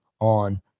on